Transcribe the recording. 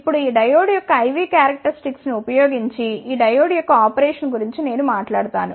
ఇప్పుడు ఈ డయోడ్ యొక్క I V క్యారక్టరిస్టిక్స్ ను ఉపయోగించి ఈ డయోడ్ యొక్క ఆపరేషన్ గురించి నేను మాట్లాడతాను